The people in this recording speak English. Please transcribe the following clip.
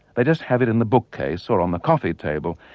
they just have it in the bookcase or on the coffee table,